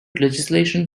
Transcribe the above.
legislation